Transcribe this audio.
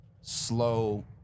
slow